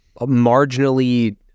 marginally